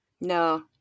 no